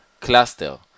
cluster